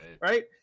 right